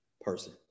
person